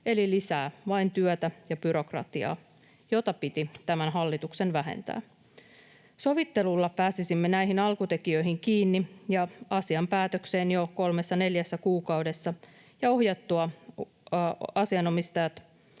eli lisäävät vain työtä ja byrokratiaa, jota tämän hallituksen piti vähentää. Sovittelulla pääsisimme näihin alkutekijöihin kiinni ja saisimme asian päätökseen jo kolmessa neljässä kuukaudessa ja ohjattua asianosaiset